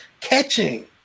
catching